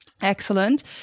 Excellent